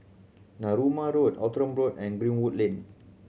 Narooma Road Outram Road and Greenwood Lane